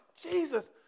Jesus